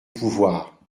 pouvoir